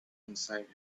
inside